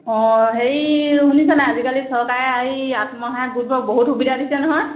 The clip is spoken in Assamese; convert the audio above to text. অঁ হেৰি শুনিছনাই আজিকালি চৰকাৰে এই আত্মসহায়ক গোটবোৰক বহুত সুবিধা দিছে নহয়